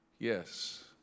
Yes